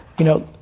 you know,